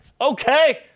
Okay